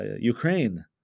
Ukraine